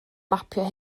mapio